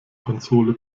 konsole